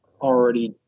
already